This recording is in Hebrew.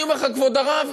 אני אומר לך, כבוד הרב,